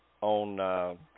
on –